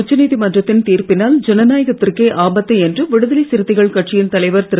உச்ச நீதிமன்றத்தின் தீர்ப்பினால் ஜனநாயகத்திற்கே ஆபத்து என்று விடுதலை சிறுத்தைகள் கட்சியின் தலைவர் திரு